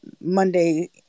Monday